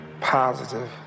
positive